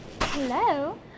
Hello